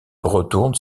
retourne